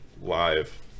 live